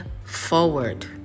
forward